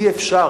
אי-אפשר,